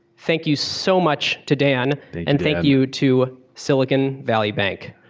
thank you so much to dan and thank you to silicon valley bank.